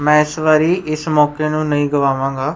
ਮੈਂ ਇਸ ਵਾਰੀ ਇਸ ਮੌਕੇ ਨੂੰ ਨਹੀਂ ਗੁਆਵਾਂਗਾ